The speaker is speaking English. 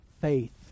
faith